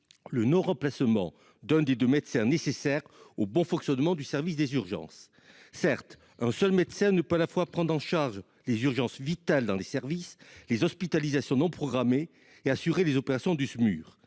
le non-remplacement d'un des deux médecins nécessaires au bon fonctionnement du service des urgences. Certes, un seul médecin ne peut pas à la fois prendre en charge les urgences vitales dans les services, les hospitalisations non programmées et assurer les opérations du Smur.